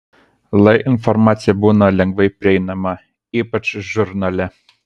lai informacija būna lengvai prieinama ypač žurnale